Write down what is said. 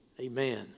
Amen